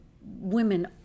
women